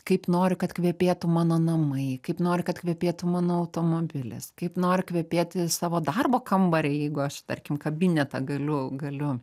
kaip noriu kad kvepėtų mano namai kaip noriu kad kvepėtų mano automobilis kaip noriu kvepėti savo darbo kambary jeigu aš tarkim kabinetą galiu galiu